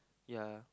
ya